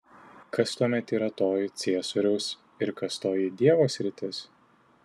kas tuomet yra toji ciesoriaus ir kas toji dievo sritis